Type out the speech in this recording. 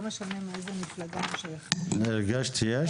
לא משנה מאיזה מפלגה הם שייכים הרגשת שיש?